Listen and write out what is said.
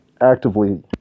actively